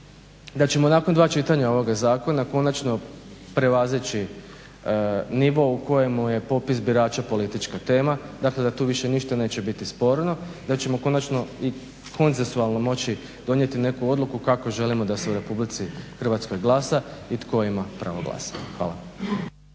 da ćemo nakon dva čitanja ovog zakona konačno prevazići nivo u kojemu je popis birača politička tema dakle da tu više ništa neće biti sporno, da ćemo konačno i konsensualno moći donijeti neku odluku kako želimo da se u RH glasa i tko ima pravo glasa. Hvala.